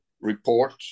Report